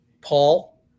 Paul